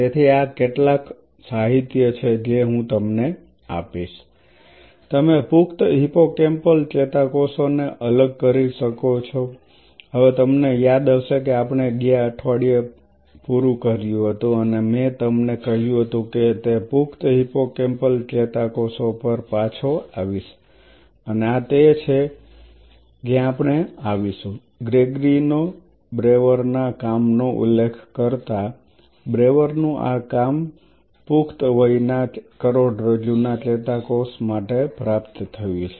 તેથી આ કેટલાક સાહિત્ય છે જે હું તમને આપીશ તમે પુખ્ત હિપ્પોકેમ્પલ ચેતાકોષોને અલગ કરી શકો છો હવે તમને યાદ હશે કે આપણે ગયા અઠવાડિયે પૂરું કર્યું હતું અને મેં તમને કહ્યું હતું કે હું તે પુખ્ત હિપ્પોકેમ્પલ ચેતાકોષો પર પાછો આવીશ અને આ તે છે જ્યાં આપણે આવીશું ગ્રેગરીનો બ્રેવરના કામ નો ઉલ્લેખ કરતા બ્રેવર નું આ કામ પુખ્ત વય ના કરોડરજ્જુના ચેતાકોષ માટે પ્રાપ્ત થયું છે